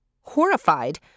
Horrified